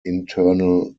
internal